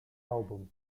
album